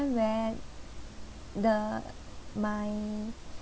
where the my